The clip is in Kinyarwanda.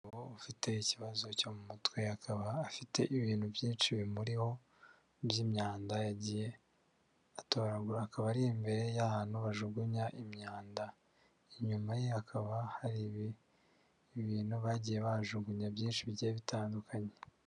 Umugabo ufite ikibazo cyo mu mutwe akaba afite ibintu byinshi bimuriho by'imyanda yagiye atoragura, akaba ari imbere y'ahantu bajugunya imyanda. Inyuma ye hakaba hari ibintu bagiye bahajugunya byinshi bigiye bitandukanye.